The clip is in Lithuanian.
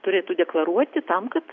turėtų deklaruoti tam kad